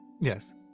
Yes